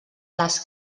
les